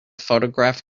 photograph